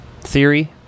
Theory